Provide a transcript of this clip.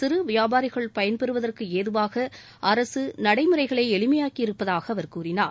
சிறு வியாபாரிகள் பயன்பெறுவதற்கு ஏதுவாக அரசு நடைமுறைகளை எளிமையாக்கி இருப்பதாக அவர் கூறினார்